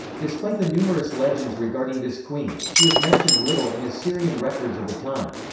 despite the numerous legends regarding this queen, she is mentioned little in assyrian records of the time.